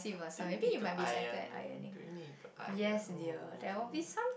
do we need to iron do we need to iron oh